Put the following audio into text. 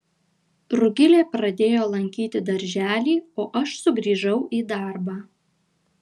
rugilė pradėjo lankyti darželį o aš sugrįžau į darbą